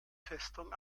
festung